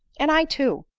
and i too,